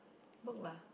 book lah